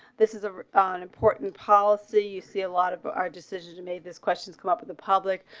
this is ah um an important policy. you see a lot of but our decisions to made this questions come up with the public,